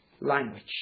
language